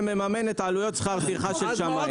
זה מממן את עלויות שכר הטרחה של שמאים.